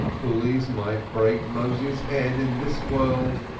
bullies might break moses's head in this world,